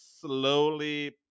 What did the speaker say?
slowly –